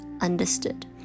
understood